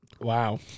Wow